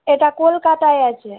এটা কলকাতায় আছে